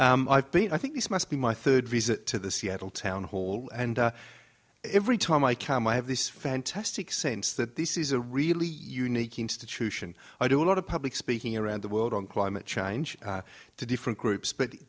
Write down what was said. been i think this must be my third visit to the seattle town hall and every time i come i have this fantastic sense that this is a really unique institution i do a lot of public speaking around the world on climate change to different groups but